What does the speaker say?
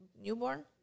newborn